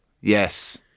Yes